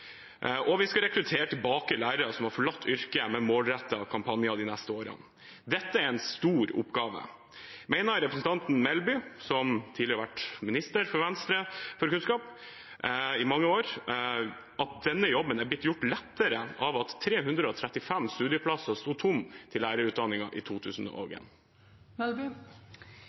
Og vi skal rekruttere tilbake lærere som har forlatt yrket, med målrettede kampanjer de neste årene. Dette er en stor oppgave. Mener representanten Melby, som tidligere har vært kunnskapsminister for Venstre i mange år, at denne jobben er blitt gjort lettere av at 335 studieplasser stod tomme i lærerutdanningen? Jeg har selv jobbet på lærerutdanning i